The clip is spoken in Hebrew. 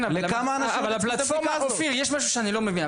יש משהו שאני לא מבין.